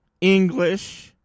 English